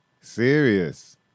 serious